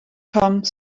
come